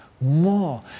more